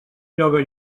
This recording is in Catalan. lloga